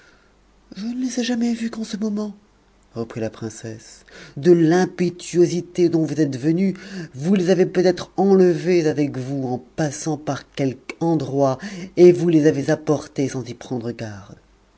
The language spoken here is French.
je ne les ai jamais vues qu'en ce moment reprit la princesse de l'impétuosité dont vous êtes venu vous les avez peut-être enlevées avec vous en passant par quelque endroit et vous les avez apportées sans y prendre garde